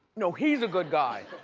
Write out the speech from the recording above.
no, he's a good guy.